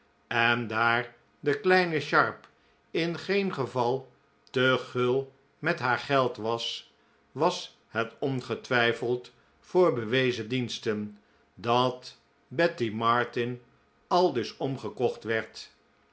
en daar de kleine sharp in geen geval te gul met haar geld was was het ongetwijfeld voor bewezen diensten dat betty martin aldus omgekocht werd